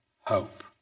hope